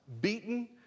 beaten